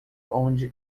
onde